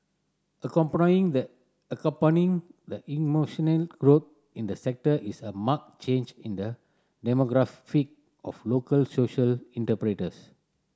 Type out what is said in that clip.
the accompanying the emotional growth in the sector is a marked change in the demographic of local social